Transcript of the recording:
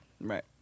Right